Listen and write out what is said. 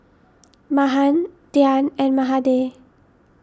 Mahan Dhyan and Mahade